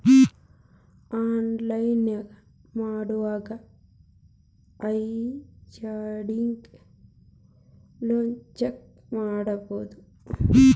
online ಮೊಡ್ನ್ಯಾಗ outstanding loan check ಮಾಡಬೋದು